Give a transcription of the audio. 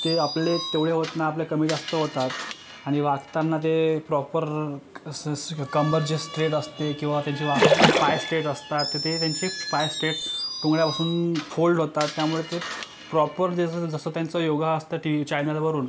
ते आपले तेवढे होत नाही आपले कमीजास्त होतात आणि वाकताना ते प्रॉपर असं स् कंबर जे स्ट्रेट असते किंवा ते जेव्हा पाय स्ट्रेट असतात तर ते त्यांचे पाय स्ट्रेट टुंगळ्यापासून फोल्ड होतात त्यामुळे ते प्रॉपर जसंच तसं त्याचं योगा असतं टी व्ही चॅनलवरून